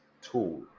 tool